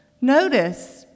Notice